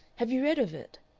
have you read of it?